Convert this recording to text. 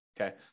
Okay